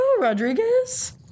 Rodriguez